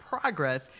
Progress